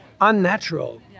unnatural